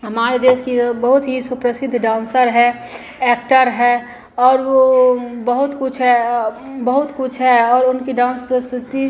हमारे देश की वह बहुत ही सुप्रसिद्ध डांसर हैं ऐक्टर हैं और वे बहुत कुछ है बहुत कुछ है और उनकी डांस प्रस्तुति